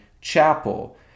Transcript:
Chapel